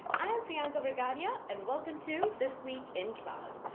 i am priyanka vergadia, and welcome to this week in cloud.